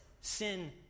sin